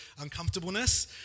uncomfortableness